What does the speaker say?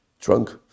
drunk